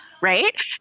Right